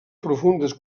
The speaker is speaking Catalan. profundes